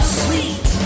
sweet